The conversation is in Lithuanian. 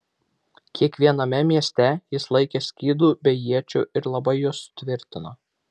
kiekviename mieste jis laikė skydų bei iečių ir labai juos sutvirtino